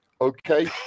Okay